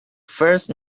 first